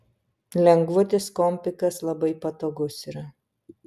lengvutis kompikas labai patogus yra